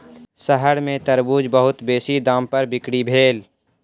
शहर में तरबूज बहुत बेसी दाम पर बिक्री भेल